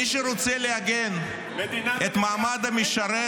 מי שרוצה להגן על המעמד המשרת,